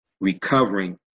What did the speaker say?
recovering